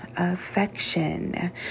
Affection